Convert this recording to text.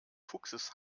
fuchses